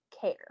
care